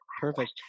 Perfect